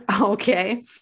Okay